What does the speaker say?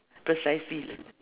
precisely